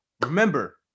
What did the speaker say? Remember